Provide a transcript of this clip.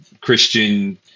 Christian